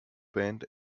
band